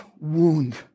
wound